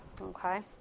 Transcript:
Okay